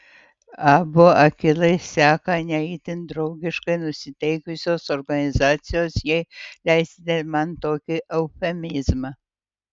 abu akylai seka ne itin draugiškai nusiteikusios organizacijos jei leisite man tokį eufemizmą